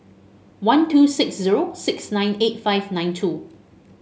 one two six zero six nine eight five nine two